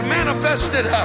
manifested